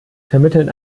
vermitteln